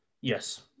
Yes